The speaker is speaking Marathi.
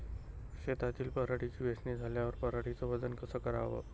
शेतातील पराटीची वेचनी झाल्यावर पराटीचं वजन कस कराव?